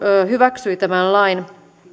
hyväksyi tämän lain